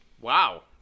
Wow